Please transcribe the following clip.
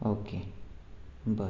okay बरें